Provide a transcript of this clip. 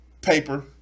Paper